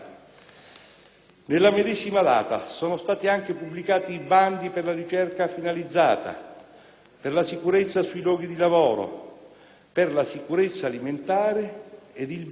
Nella medesima data sono stati anche pubblicati i bandi per la ricerca finalizzata, per la sicurezza sui luoghi di lavoro, per la sicurezza alimentare ed il bando